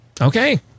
Okay